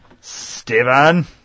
Steven